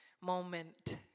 moment